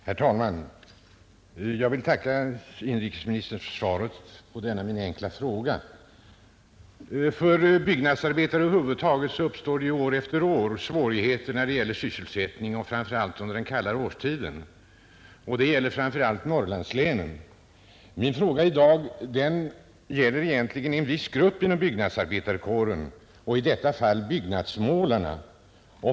Herr talman! Jag vill tacka inrikesministern för svaret på min enkla fråga. För byggnadsarbetare över huvud taget uppstår det år efter år svårigheter när det gäller sysselsättningen och framför allt under den kallare årstiden. Detta gäller särskilt Norrlandslänen. Min fråga i dag gäller en viss grupp inom byggnadsarbetarkåren, nämligen byggnadsmålarna.